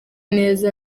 neza